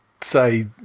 say